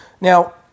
Now